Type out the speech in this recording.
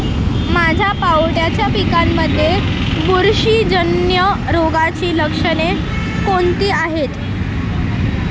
माझ्या पावट्याच्या पिकांमध्ये बुरशीजन्य रोगाची लक्षणे कोणती आहेत?